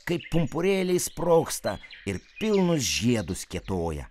kaip pumpurėliai sprogsta ir pilnus žiedus kėtoja